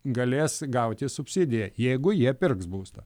galės gauti subsidiją jeigu jie pirks būstą